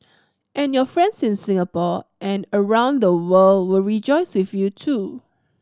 and your friends in Singapore and around the world will rejoice with you too